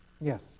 Yes